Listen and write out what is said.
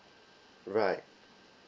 right